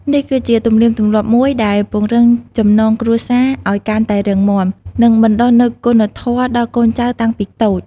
នេះគឺជាទំនៀមទម្លាប់មួយដែលពង្រឹងចំណងគ្រួសារឲ្យកាន់តែរឹងមាំ និងបណ្ដុះនូវគុណធម៌ដល់កូនចៅតាំងពីតូច។